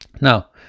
now